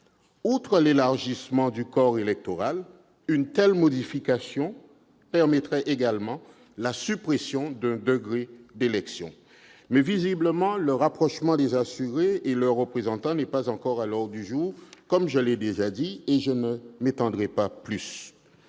Outre l'élargissement du corps électoral, une telle modification permettrait également la suppression d'un degré d'élection. Mais visiblement, le rapprochement des assurés de leurs représentants n'est pas encore à l'ordre du jour. Je ne m'étendrai pas plus